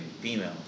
female